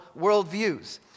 worldviews